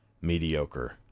mediocre